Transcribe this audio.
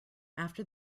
after